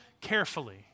carefully